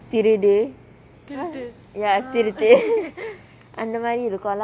திருடு:thirudu ya திருட்டு:thirutu அந்த மாரி இருக்கும்:antha maari irukum